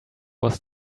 was